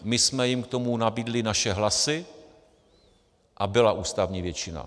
My jsme jim k tomu nabídli naše hlasy a byla ústavní většina.